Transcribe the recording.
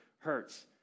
hurts